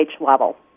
level